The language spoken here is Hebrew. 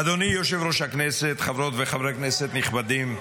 אדוני יושב-ראש הישיבה, חברות וחברי כנסת נכבדים,